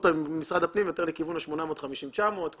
לפי משרד הפנים יותר לכיוון ה-900-850 אלף שקלים,